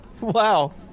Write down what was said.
Wow